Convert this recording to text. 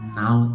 now